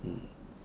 mm